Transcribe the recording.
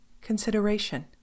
Consideration